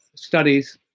studies,